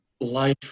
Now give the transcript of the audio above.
Life